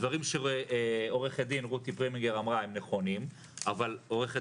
הדברים שעורכת דין רותי פרמינגר אמרה הם נכונים אבל עורכת